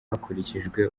hakurikijwe